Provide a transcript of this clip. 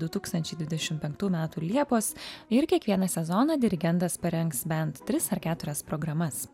du tūkstančiai dvidešim penktų metų liepos ir kiekvieną sezoną dirigentas parengs bent tris ar keturias programas